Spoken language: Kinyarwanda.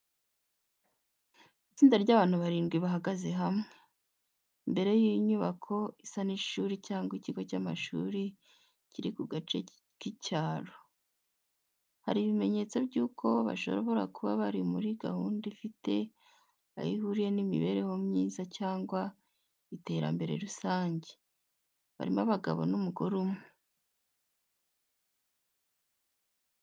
Itsinda ry’abantu barindwi bahagaze hamwe, imbere y’inyubako isa n’ishuri cyangwa ikigo cy’amashuri kiri mu gace k’icyaro. Hari ibimenyetso by’uko bashobora kuba bari muri gahunda ifite aho ihuriye n’imibereho myiza cyangwa iterambere rusange, barimo abagabo n'umugore umwe.